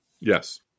Yes